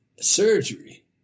surgery